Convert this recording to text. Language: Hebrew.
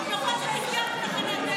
אבל אני רוצה שתקשיבו לי,